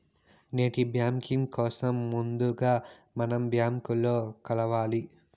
net banking కోసం ముందుగా మనం బ్యాంకులో కలవాలి